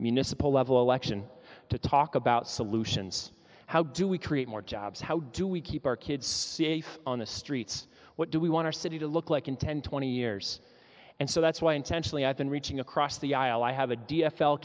municipal level election to talk about solutions how do we create more jobs how do we keep our kids see a face on the streets what do we want to city to look like in ten twenty years and so that's why intentionally i've been reaching across the aisle i have a d